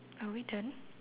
are we done